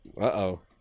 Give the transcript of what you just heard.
Uh-oh